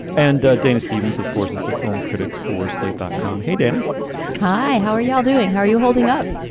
and dana stevens, of course, is the film critic for slate dot com. hey, dan hi. how are you all doing? how are you holding up?